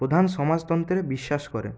প্রধান সমাজতন্ত্রে বিশ্বাস করে